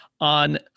on